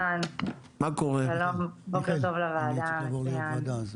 שלום בוקר טוב לוועדה.